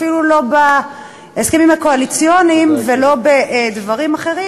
אפילו לא בהסכמים הקואליציוניים ולא בדברים אחרים,